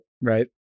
Right